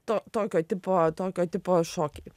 to tokio tipo tokio tipo šokiai